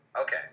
Okay